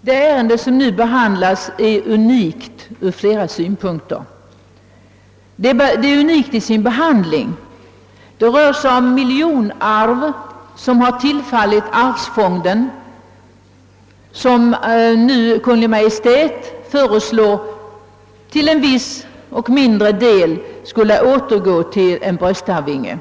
Det ärende vi nu behandlar är unikt ur flera synpunkter. Det har också hittills fått en unik behandling. Det rör sig om miljonkvarlåtenskap, som tillfallit arvsfonden. I propositionen föreslår Kungl. Maj:t att kvarlåtenskapen till en viss mindre del skall återgå till en bröstarvinge.